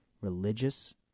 religious